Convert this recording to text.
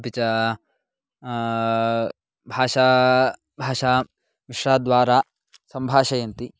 अपि च भाषा भाषां मिश्रणद्वारा सम्भाषयन्ति